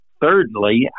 Thirdly